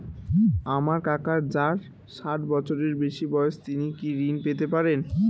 আমার কাকা যার ষাঠ বছরের বেশি বয়স তিনি কি ঋন পেতে পারেন?